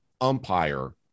umpire